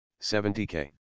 70k